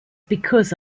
because